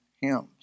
hymns